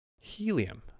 Helium